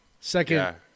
Second